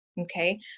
okay